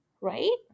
right